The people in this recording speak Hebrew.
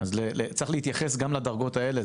אז צריך להתייחס גם לדרגות האלה.